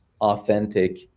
authentic